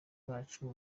bacu